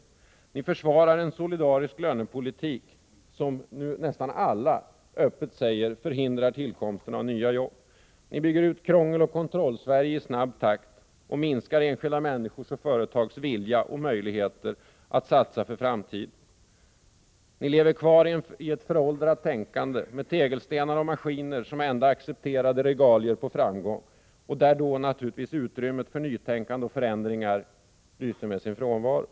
O Ni försvarar en solidarisk lönepolitik som nu nästan alla öppet säger förhindrar tillkomsten av nya jobb. O Ni bygger ut Krångeloch Kontrollsverige i snabb takt och minskar enskilda människors och företags vilja och möjligheter att satsa för framtiden. O Ni lever kvar i ett föråldrat tänkande med tegelstenar och maskiner som enda accepterade regalier på framgång, där utrymmet för nytänkande och förändringar naturligtvis lyser med sin frånvaro.